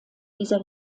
dieser